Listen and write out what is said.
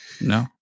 no